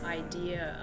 idea